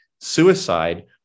suicide